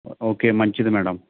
okay మంచిది madam